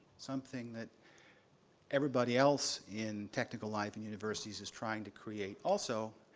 something that everybody else in technical life and universities is trying to create also,